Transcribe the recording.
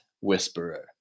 whisperer